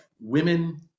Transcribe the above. women